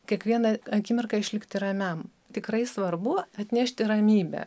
kiekvieną akimirką išlikti ramiam tikrai svarbu atnešti ramybę